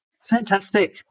Fantastic